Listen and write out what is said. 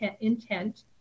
intent